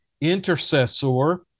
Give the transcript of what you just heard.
intercessor